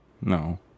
no